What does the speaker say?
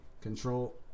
control